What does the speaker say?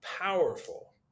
powerful